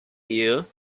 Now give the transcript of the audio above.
ehe